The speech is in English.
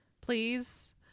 please